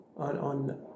on